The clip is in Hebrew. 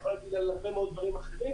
יכול להיות בגלל הרבה מאוד דברים אחרים.